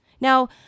Now